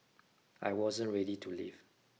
I wasn't ready to leave